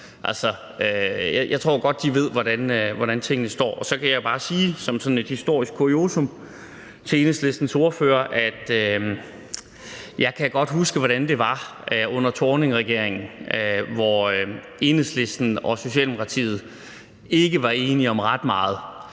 jeg tror godt, de ved, hvordan tingene står. Og så kan jeg jo bare sige til Enhedslistens ordfører som sådan et historisk kuriosum, at jeg godt kan huske, hvordan det var under Thorningregeringen, hvor Enhedslisten og Socialdemokratiet ikke var enige om ret meget.